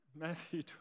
Matthew